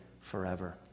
forever